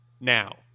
now